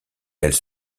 elle